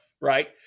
right